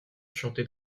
chantait